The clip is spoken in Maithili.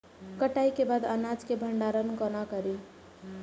कटाई के बाद अनाज के भंडारण कोना करी?